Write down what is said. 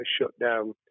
shutdown